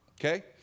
Okay